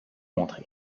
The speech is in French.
montrer